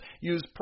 Use